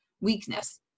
weakness